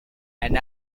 and